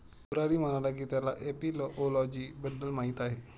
मुरारी म्हणाला की त्याला एपिओलॉजी बद्दल माहीत आहे